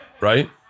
Right